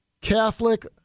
Catholic